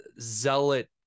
zealot